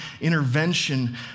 intervention